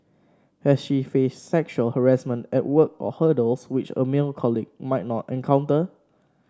has she faced sexual harassment at work or hurdles which a male colleague might not encounter